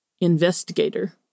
investigator